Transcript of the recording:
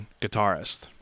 guitarist